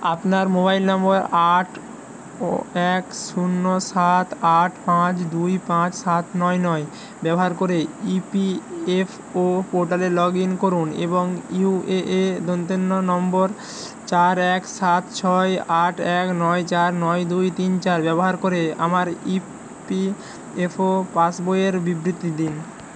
আপনার মোবাইল নম্বর আট ও এক শূন্য সাত আট পাঁচ দুই পাঁচ সাত নয় নয় ব্যবহার করে ই পি এফ ও পোর্টালে লগ ইন করুন এবং ইউ এ এ দন্ত্য ন নম্বর চার এক সাত ছয় আট এক নয় চার নয় দুই তিন চার ব্যবহার করে আমার ই পি এফ ও পাসবইয়ের বিবৃতি দিন